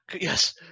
Yes